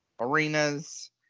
arenas